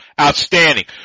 Outstanding